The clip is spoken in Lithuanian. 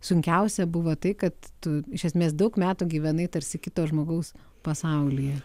sunkiausia buvo tai kad tu iš esmės daug metų gyvenai tarsi kito žmogaus pasaulyje